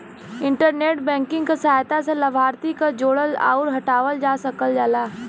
internet banking क सहायता से लाभार्थी क जोड़ल आउर हटावल जा सकल जाला